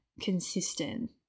consistent